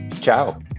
Ciao